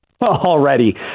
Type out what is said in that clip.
already